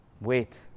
wait